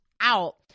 out